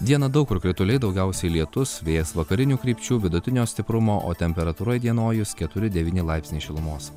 dieną daug kur krituliai daugiausiai lietus vėjas vakarinių krypčių vidutinio stiprumo o temperatūra įdienojus keturi devyni laipsniai šilumos